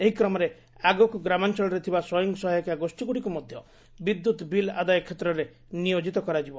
ଏହି କ୍ରମରେ ଆଗକୁ ଗ୍ରାମାଞଳରେ ଥିବା ସ୍ୱୟଂସହାୟିକା ଗୋଷୀଗୁଡ଼ିକ୍ ମଧ୍ୟ ବିଦ୍ୟୁତ୍ ବିଲ୍ ଆଦାୟ କ୍ଷେତ୍ରରେ ନିୟୋକିତ କରାଯିବ